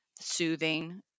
soothing